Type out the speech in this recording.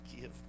give